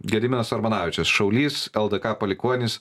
gediminas armonavičius šaulys eldka palikuonis